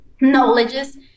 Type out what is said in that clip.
knowledges